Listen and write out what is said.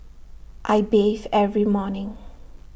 I bathe every morning